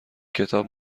کتاب